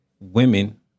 Women